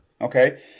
Okay